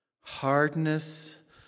hardness